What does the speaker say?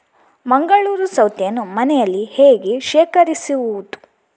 ಮಂಗಳೂರು ಸೌತೆಯನ್ನು ಮನೆಯಲ್ಲಿ ಹೇಗೆ ಶೇಖರಿಸುವುದು?